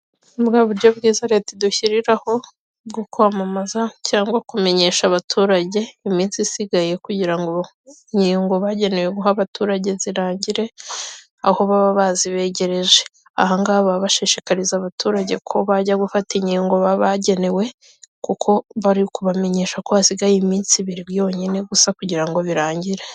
Ni bwa buryo bwiza leta idushyiriraho bwo kwamamaza cyangwa kumenyesha abaturage iminsi isigaye kugira ngo inkingo bagenewe guha abaturage zirangire, aho baba bazibegereje ahangaha bashishikariza abaturage ko bajya gufata inkingo bagenewe, kuko bari kubamenyesha ko hasigaye iminsi ibiri yonyine gusa kugira ngo birangire.